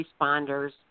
responders